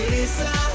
Lisa